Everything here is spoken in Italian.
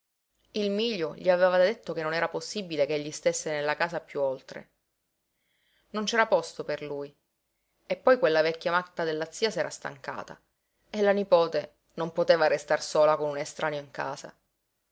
il mílio gli aveva detto che non era possibile che egli stesse nella casa piú oltre non c'era posto per lui e poi quella vecchia matta della zia s'era stancata e la nipote non poteva restar sola con un estraneo in casa